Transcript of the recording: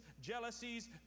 jealousies